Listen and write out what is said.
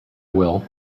will